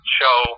show